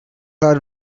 cloud